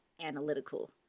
analytical